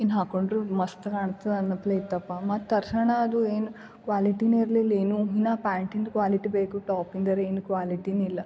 ಇನ್ನು ಹಾಕೊಂಡರು ಮಸ್ತ್ ಕಾಣ್ತದೆ ಅನ್ನೋಪ್ಲೆ ಇತ್ತಪ್ಪ ಮತ್ತು ತರ್ಸಣ ಅದು ಏನು ಕ್ವಾಲಿಟಿನೇ ಇರಲಿಲ್ಲ ಏನು ಇನ್ನು ಪ್ಯಾಂಟಿಂದು ಕ್ವಾಲಿಟಿ ಬೇಕು ಟಾಪ್ ಇಂದರೇನು ಕ್ವಾಲಿಟಿನೇ ಇಲ್ಲ